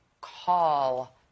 call